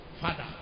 father